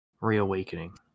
reawakening